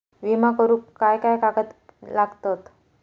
विमा करुक काय काय कागद लागतत?